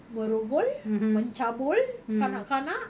merogol mencabul kanak-kanak